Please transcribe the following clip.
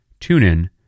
TuneIn